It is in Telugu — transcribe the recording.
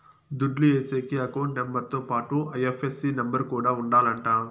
దుడ్లు ఏసేకి అకౌంట్ నెంబర్ తో పాటుగా ఐ.ఎఫ్.ఎస్.సి నెంబర్ కూడా ఉండాలంట